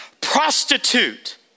prostitute